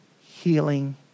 healing